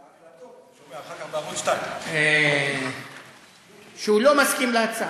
את ההחלטות אתה שומע אחר כך בערוץ 2. שהוא לא מסכים להצעה.